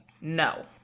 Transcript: no